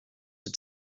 had